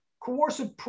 coercive